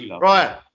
Right